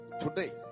today